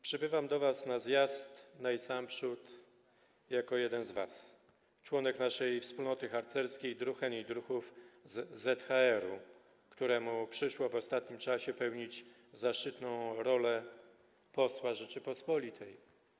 Przybywam do was na zjazd najsamprzód jako jeden z was, członek naszej wspólnoty harcerskiej druhen i druhów z ZHR-u, któremu przyszło w ostatnim czasie pełnić zaszczytną funkcję posła Rzeczypospolitej.